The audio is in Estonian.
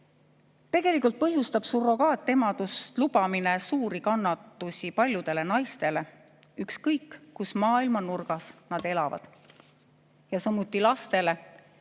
Tegelikult põhjustab surrogaatemaduse lubamine suuri kannatusi paljudele naistele, ükskõik kus maailma nurgas nad elavad. Samuti lastele,